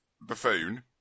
Buffoon